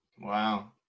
wow